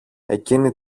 εκείνη